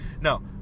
No